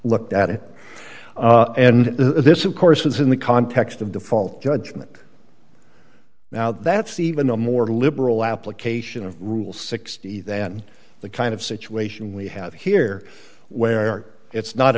looked at it and this of course is in the context of default judgment now that's even a more liberal application of rule sixty then the kind of situation we have here where it's not